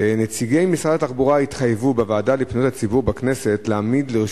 נציגי משרד התחבורה התחייבו בוועדה לפניות הציבור בכנסת להעמיד לרשות